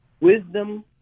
Wisdom